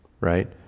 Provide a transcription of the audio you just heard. right